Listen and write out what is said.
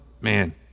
man